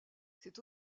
c’est